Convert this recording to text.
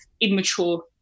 immature